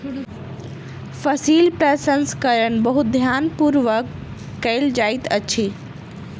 फसील प्रसंस्करण बहुत ध्यान पूर्वक कयल जाइत अछि